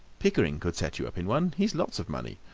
pickering could set you up in one he's lots of money.